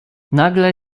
nagle